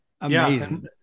Amazing